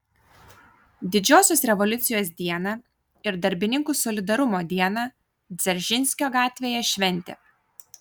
didžiosios revoliucijos dieną ir darbininkų solidarumo dieną dzeržinskio gatvėje šventė